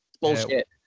Bullshit